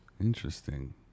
Interesting